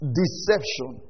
deception